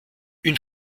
une